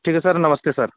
ठीक है सर नमस्ते सर